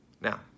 Now